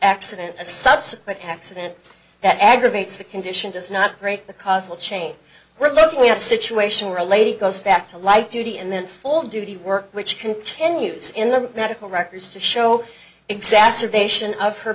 accident a subsequent accident that aggravates the condition does not break the cause will change we're looking we have a situation where a lady goes back to light duty and then all do the work which continues in the medical records to show exacerbation of her